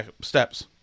steps